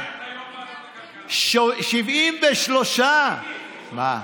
73. מיקי,